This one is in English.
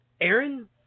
Aaron